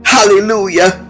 Hallelujah